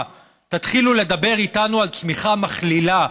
ותתחילו לדבר איתנו על צמיחה מכלילה,